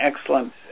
excellent